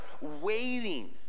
waiting